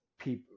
people